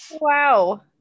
wow